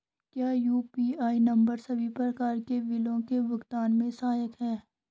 क्या UPI number सभी प्रकार के बिलों के भुगतान में सहायक हैं?